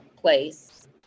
place